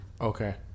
Okay